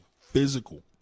physical